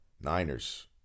Niners